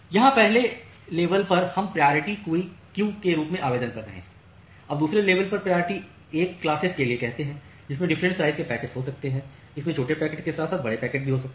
यहां पहले लेवल पर हम प्रायोरिटी क्यू के रूप में आवेदन कर रहे हैं अब दूसरे लेवल पर प्रायोरिटी 1 क्लासेस के लिए कहते हैं इसमें डिफरेंट साइज के पैकेट्स हो सकते हैं इसमें छोटे पैकेट्स के साथ साथ बड़े पैकेट्स भी हो सकते हैं